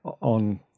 on